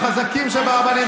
החזקים שברבנים,